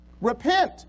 Repent